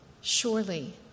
Surely